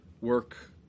work